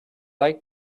like